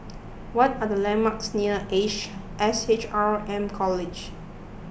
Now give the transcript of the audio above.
what are the landmarks near Ace S H R M College